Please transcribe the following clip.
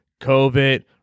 COVID